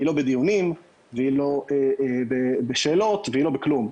היא לא בדיונים והיא לא בשאלות והיא לא בכלום.